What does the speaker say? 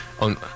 on